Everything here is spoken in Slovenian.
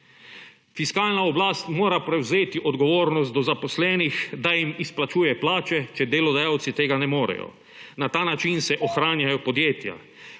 Fiskalna oblast mora prevzeti odgovornost do zaposlenih, da jim izplačuje plače, če delodajalci tega ne morejo. Na ta način se ohranjajo podjetja.